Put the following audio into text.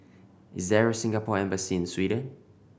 is there Singapore Embassy Sweden